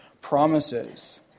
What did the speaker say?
promises